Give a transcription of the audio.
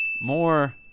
More